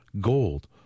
Gold